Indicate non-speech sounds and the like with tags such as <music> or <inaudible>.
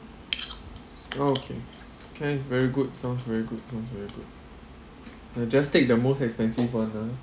<noise> okay can very good sounds very good sounds very good uh just take the most expensive one ah